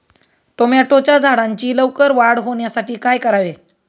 टोमॅटोच्या झाडांची लवकर वाढ होण्यासाठी काय करावे?